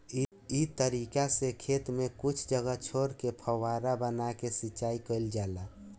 इ तरीका से खेत में कुछ जगह छोर के फौवारा बना के सिंचाई कईल जाला